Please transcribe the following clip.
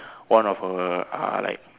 one of her uh like